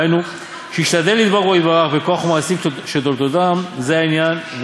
והיינו שישתדל לדבק בו יתברך בכוח מעשים שתולדותם זה העניין,